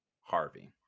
Harvey